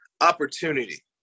opportunity